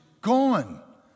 gone